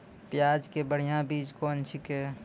प्याज के बढ़िया बीज कौन छिकै?